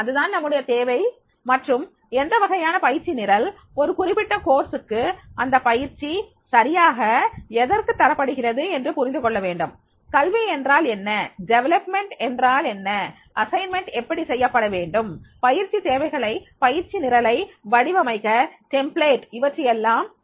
அதுதான் நம்முடைய தேவை மற்றும் எந்த வகையான பயிற்சி நிரல் ஒரு குறிப்பிட்ட படிப்புக்கு அந்த பயிற்சி சரியாக எதற்கு தரப்படுகிறது என்று புரிந்து கொள்ள வேண்டும் கல்வி என்றால் என்ன வளர்ச்சி என்றால் என்ன பணி எப்படி செய்யப்படவேண்டும் பயிற்சி தேவைகளை பயிற்சி நிரலை வடிவமைக்க வார்ப்புரு இவற்றையெல்லாம் அறியவேண்டும்